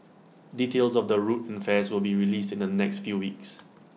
details of the route and fares will be released in the next few weeks